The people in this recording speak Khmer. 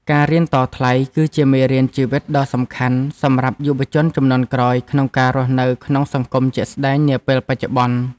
ការរៀនតថ្លៃ គឺជាមេរៀនជីវិតដ៏សំខាន់សម្រាប់យុវជនជំនាន់ក្រោយក្នុងការរស់នៅក្នុងសង្គមជាក់ស្ដែងនាពេលបច្ចុប្បន្ន។